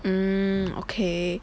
um okay